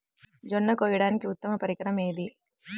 జొన్న కోయడానికి ఉత్తమ పరికరం ఏది?